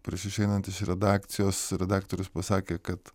prieš išeinant iš redakcijos redaktorius pasakė kad